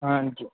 ਹਾਂਜੀ